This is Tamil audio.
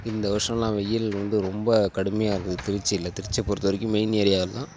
இந்த வருஷம்லாம் வெயில் வந்து ரொம்ப கடுமையாக இருக்குது திருச்சியில் திருச்சியை பொறுத்தவரைக்கும் மெயின் ஏரியாலாம்